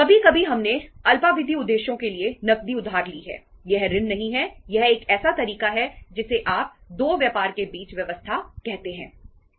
कभी कभी हमने अल्पावधि उद्देश्यों के लिए नकदी उधार ली है यह ऋण नहीं है यह एक ऐसा तरीका है जिसे आप दो व्यापार के बीच व्यवस्था कहते हैं